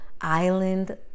island